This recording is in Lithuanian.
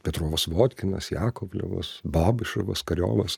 petrovas votkinas jakovlevas babišavas kariovas